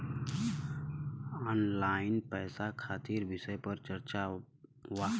Online पैसा खातिर विषय पर चर्चा वा?